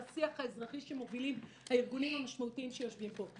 לשיח האזרחי שמובילים הארגונים המשמעותיים שיושבים פה.